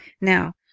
Now